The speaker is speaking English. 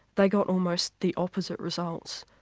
they got almost the opposite results.